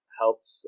helps